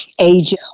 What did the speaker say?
age